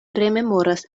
rememoras